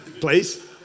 please